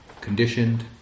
conditioned